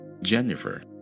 Jennifer